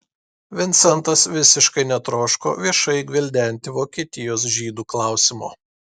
vincentas visiškai netroško viešai gvildenti vokietijos žydų klausimo